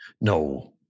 no